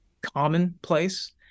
commonplace